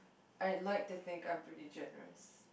I like to think I'm pretty generous